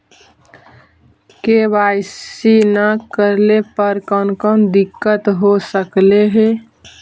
KYC न करे पर कौन कौन दिक्कत हो सकले हे?